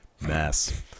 mess